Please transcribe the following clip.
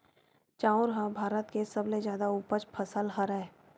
चाँउर ह भारत के सबले जादा उपज फसल हरय